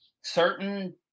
certain